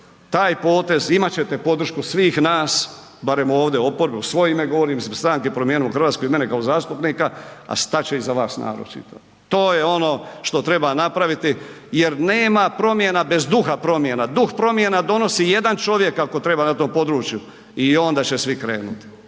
taj potez imat ćete podršku svih nas, barem ovdje oporbe, u svoje ime govorim, stranke Promijenimo Hrvatsku i mene kao zastupnika, a stat će iza vas narod čitav. To je ono što treba napraviti jer nema promjena bez duha promjena. Duh promjena donosi jedan čovjek, ako treba na tom području i onda će svi krenuti.